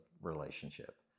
relationship